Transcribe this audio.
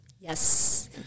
Yes